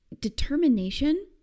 determination